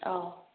ꯑꯥꯎ